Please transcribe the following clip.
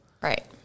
Right